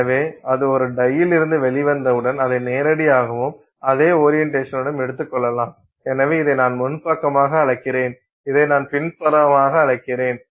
எனவே அது ஒரு டையிலிருந்து வெளிவந்தவுடன் அதை நேரடியாகவும் அதே ஓரியன்டேஷன்னும் எடுத்துக் கொள்ளலாம் எனவே இதை நான் முன் பக்கமாக அழைக்கிறேன் இதை நான் பின்புறமாக அழைக்கிறேன்